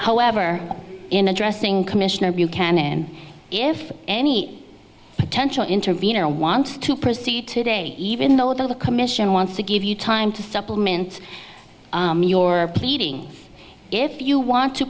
however in addressing commissioner buchanan if any potential intervene or want to proceed today even though the commission wants to give you time to supplement your pleading if you want to